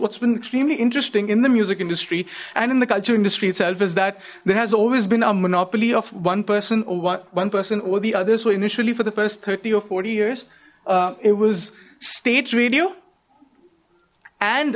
been extremely interesting in the music industry and in the culture industry itself is that there has always been a monopoly of one person or what one person or the other so initially for the first thirty or forty years it was state radio and